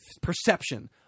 perception